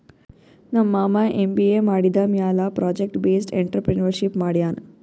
ನಮ್ ಮಾಮಾ ಎಮ್.ಬಿ.ಎ ಮಾಡಿದಮ್ಯಾಲ ಪ್ರೊಜೆಕ್ಟ್ ಬೇಸ್ಡ್ ಎಂಟ್ರರ್ಪ್ರಿನರ್ಶಿಪ್ ಮಾಡ್ಯಾನ್